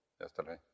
yesterday